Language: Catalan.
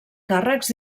càrrecs